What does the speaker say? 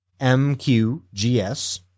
MQGS